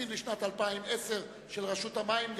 אני קובע שהתקציב לשנת 2010 של רשות המים,